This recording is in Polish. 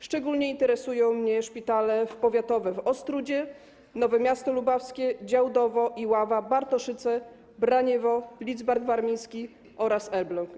Szczególnie interesują mnie szpitale powiatowe w Ostródzie, Nowe Miasto Lubawskie, Działdowo, Iława, Bartoszyce, Braniewo, Lidzbark Warmiński oraz Elbląg.